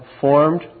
formed